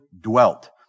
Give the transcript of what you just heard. dwelt